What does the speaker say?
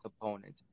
component